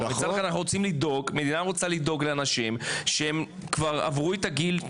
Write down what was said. אבל מצד אחד המדינה רוצה לדאוג לאנשים שהם כבר עברו את הגיל,